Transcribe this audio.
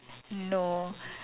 no